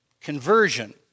conversion